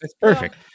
perfect